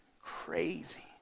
Crazy